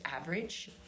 average